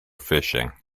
fishing